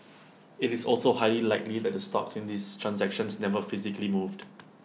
IT is also highly likely that the stocks in these transactions never physically moved